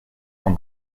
con